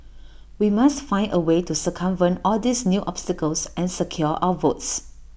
we must find A way to circumvent all these new obstacles and secure our votes